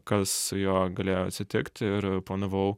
kas su juo galėjo atsitikti ir planavau